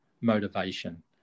motivation